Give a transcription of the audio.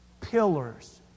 Pillars